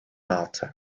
altı